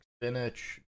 spinach